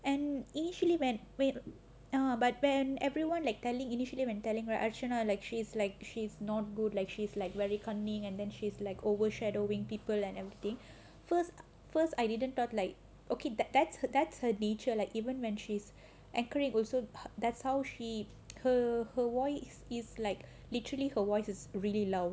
and initially when wait but when everyone like telling initially when telling archana like she's like she's not good like she's like very cunning and then she's like overshadowing people and everything first first I didn't thought like okay that that's her that's her nature like even when she's accurate also that's how she curled her voice is like literally her voice is really loud